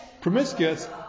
promiscuous